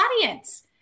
audience